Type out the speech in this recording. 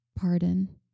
pardon